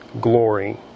glory